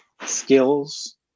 skills